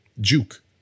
juke